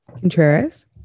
Contreras